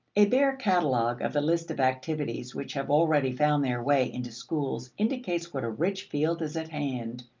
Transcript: a bare catalogue of the list of activities which have already found their way into schools indicates what a rich field is at hand.